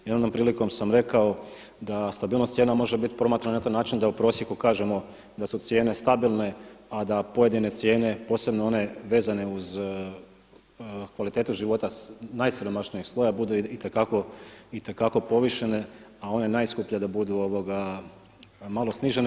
Jednom prilikom sam rekao da stabilnost cijena može biti promatrana i na taj način da u prosjeku kažemo da su cijene stabilne a da pojedine cijene, posebno one vezane uz kvalitetu života najsiromašnijeg sloja bude itekako povišene a one najskuplje da budu malo snižene.